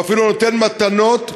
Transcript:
או אפילו נותן מתנות,